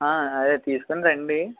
అదే తీసుకుని రండీ